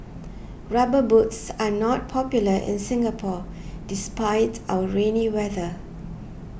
rubber boots are not popular in Singapore despite our rainy weather